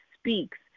speaks